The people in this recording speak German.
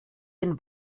den